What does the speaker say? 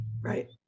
Right